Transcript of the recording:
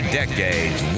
decades